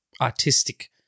artistic